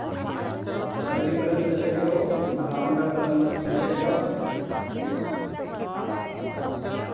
अस्तु कदलीफलं दशकिलो पुनः आम्रफलं पञ्चकिलो